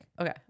okay